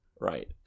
right